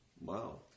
Wow